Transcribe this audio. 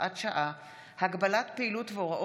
(החמרת הענישה בעבירות אלימות